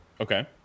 Okay